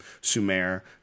Sumer